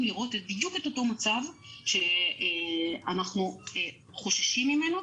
לראות בדיוק את אותו מצב שאנחנו חוששים ממנו,